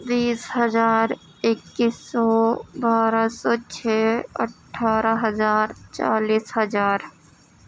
بیس ہزار اکیس سو بارہ سو چھ اٹھارہ ہزار چالیس ہزار